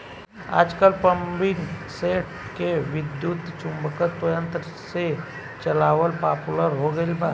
आजकल पम्पींगसेट के विद्युत्चुम्बकत्व यंत्र से चलावल पॉपुलर हो गईल बा